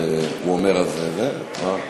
אני מבקש להעביר לוועדת, ועדת הפנים, ועדת הפנים.